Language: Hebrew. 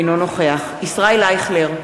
אינו נוכח ישראל אייכלר,